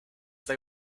they